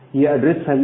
यह address family है